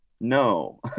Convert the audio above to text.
No